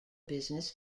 business